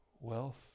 Wealth